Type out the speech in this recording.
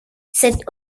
cet